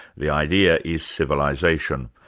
the idea is civilisation.